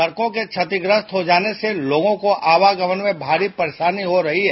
सड़कों के क्षतिमस्त हो जाने से लोगों को आवागमन में भारी परेशानी हो रही हैं